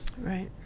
Right